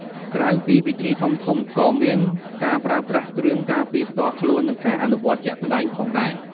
ក្រៅពីពិធីធំៗ ក៏មានការប្រើប្រាស់គ្រឿងការពារផ្ទាល់ខ្លួន និងការអនុវត្តជាក់ស្តែងផងដែរ។